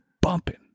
bumping